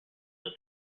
that